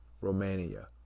Romania